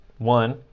One